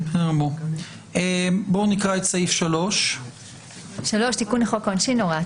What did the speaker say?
נקרא את סעיף 3. 3.תיקון לחוק העונשין הוראת